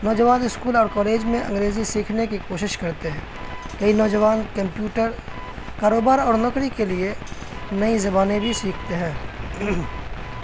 نوجوان اسکول اور کالج میں انگریزی سیکھنے کی کوشش کرتے ہیں یہی نوجوان کمپیوٹر کاروبار اور نوکری کے لیے نئی زبانیں بھی سیکھتے ہیں